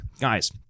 guys